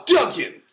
Duncan